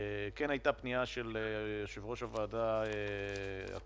כן הייתה פניה של יושב-ראש הוועדה הקודם,